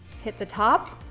hit the top,